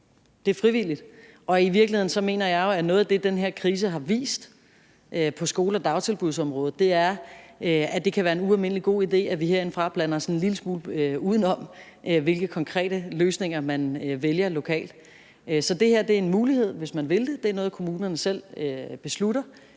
Det er frivilligt. I virkeligheden mener jeg, at noget af det, den her krise har vist på skole- og dagtilbudsområdet, er, at det kan være en ualmindelig god idé, at vi herindefra blander os en lille smule udenom, hvilke konkrete løsninger man vælger lokalt. Så det her er en mulighed, hvis man vil det. Det er noget, kommunerne selv beslutter.